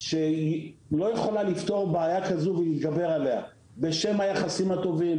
שהיא לא יכולה לפתור בעיה כזו ולהתגבר עליה בשם היחסים הטובים,